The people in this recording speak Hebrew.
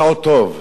זה עוד טוב,